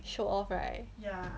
show off right